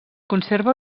conserva